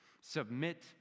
submit